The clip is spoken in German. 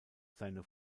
seine